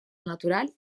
natural